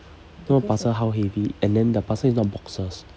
you know the parcel how heavy and then the parcel is not boxes